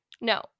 No